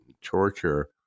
torture